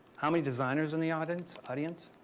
how many designers in the audience, audience?